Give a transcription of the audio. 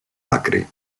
άκρη